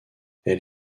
elle